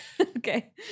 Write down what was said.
Okay